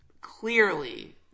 clearly